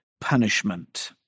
punishment